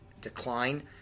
decline